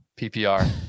PPR